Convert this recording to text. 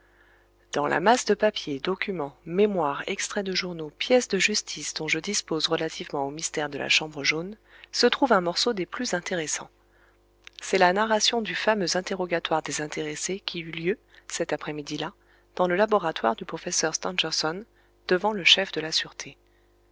dans la masse de papiers documents mémoires extraits de journaux pièces de justice dont je dispose relativement au mystère de la chambre jaune se trouve un morceau des plus intéressants c'est la narration du fameux interrogatoire des intéressés qui eut lieu cet après midi là dans le laboratoire du professeur stangerson devant le chef de la sûreté